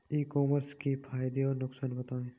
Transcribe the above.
ई commerce के फायदे और नुकसान बताएँ?